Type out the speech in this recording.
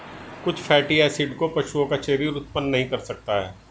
कुछ fatty acid को पशुओं का शरीर उत्पन्न नहीं कर सकता है